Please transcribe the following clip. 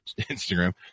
Instagram